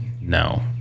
No